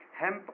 hemp